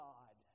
God